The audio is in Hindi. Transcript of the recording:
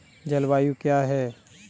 जलवायु क्या है?